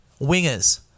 wingers